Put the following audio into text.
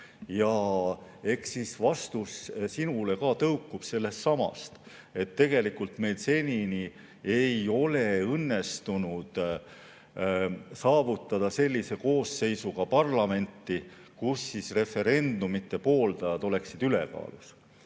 Eks mu vastus sinule ka tõukub sellestsamast, et tegelikult meil senini ei ole õnnestunud saavutada sellise koosseisuga parlamenti, kus referendumite pooldajad oleksid ülekaalus.